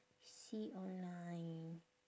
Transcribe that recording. see online